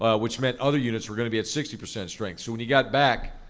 ah which meant other units we're going to be at sixty percent strength. so when you got back,